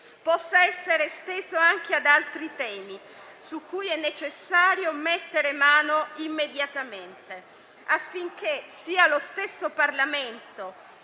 possa essere esteso anche ad altri temi, su cui è necessario mettere mano immediatamente, affinché sia lo stesso Parlamento,